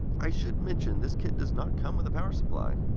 i should mention this kit does not come with a power supply.